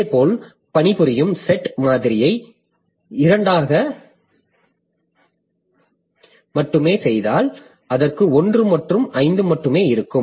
இதேபோல் பணிபுரியும் செட் மாதிரியை 2 ஆக மட்டுமே செய்தால் அதற்கு 1 மற்றும் 5 மட்டுமே இருக்கும்